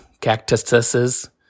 cactuses